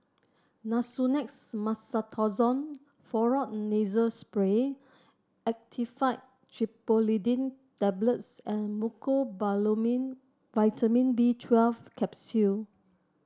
Nasonex Mometasone Furoate Nasal Spray Actifed Triprolidine Tablets and Mecobalamin Vitamin B twelve Capsule